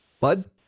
Bud